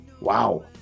Wow